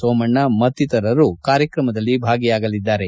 ಸೋಮಣ್ಣ ಮತ್ತಿತರರು ಕಾರ್ಕ್ರಮದಲ್ಲಿ ಭಾಗಿಯಾಗಲಿದ್ದಾರೆ